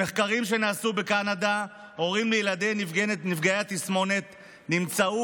במחקרים שנעשו בקנדה הורים לילדים נפגעי התסמונת נמצאו